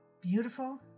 beautiful